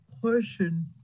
question